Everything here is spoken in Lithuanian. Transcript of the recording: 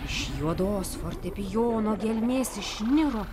iš juodos fortepijono gelmės išniro